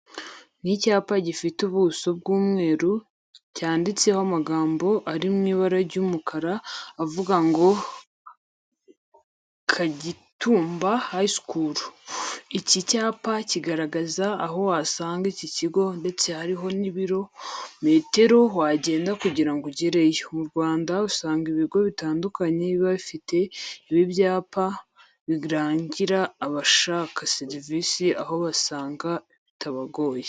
Ni icyapa gifite ubuso bw'umweru, cyanditseho amagambo ari mu ibara ry'umukara avuga ngo Kagitumba High School. Iki cyapa kiragaragaza aho wasanga iki kigo ndetse hariho n'ibiro metero wagenda kugira ngo ugereyo. Mu Rwanda usanga ibigo bitandukanye biba bifite ibi byapa birangira abashaka serivise aho wabisanga bitagoranye.